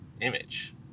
image